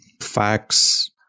facts